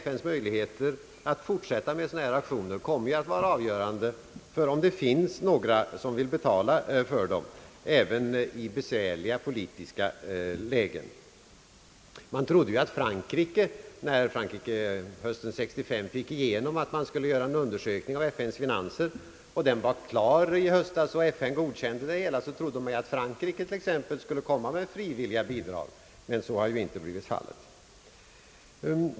FN:s möjlighet att fortsätta med sådana här aktioner kommer att bli avhängig av om det finns någon som vill betala för dem även i besvärliga politiska lägen. Man trodde att Frankrike, när Frankrike hösten 1965 drev igenom att man skulle göra en undersökning av FN:s finanser — den var klar i höstas, och FN godkände det hela — skulle komma med frivilliga bidrag, men så har inte blivit falllet.